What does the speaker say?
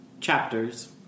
chapters